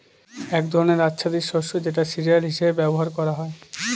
এক ধরনের আচ্ছাদিত শস্য যেটা সিরিয়াল হিসেবে ব্যবহার করা হয়